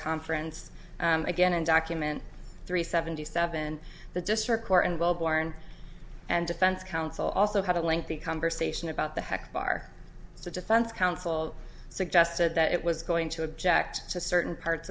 conference again in document three seventy seven the district court and wellborn and defense counsel also had a lengthy conversation about the heck bar the defense counsel suggested that it was going to object to certain parts